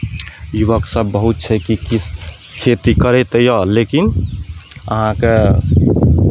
युवकसभ बहुत छै कि खेती करै तऽ यए लेकिन अहाँकेँ